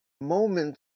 moment